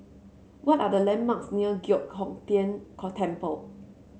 what are the landmarks near Giok Hong Tian Temple